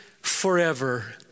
forever